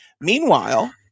meanwhile